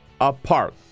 apart